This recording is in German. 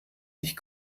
sich